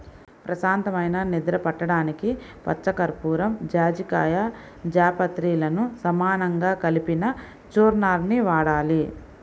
ప్రశాంతమైన నిద్ర పట్టడానికి పచ్చకర్పూరం, జాజికాయ, జాపత్రిలను సమానంగా కలిపిన చూర్ణాన్ని వాడాలి